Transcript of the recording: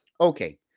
Okay